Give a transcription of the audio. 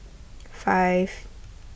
five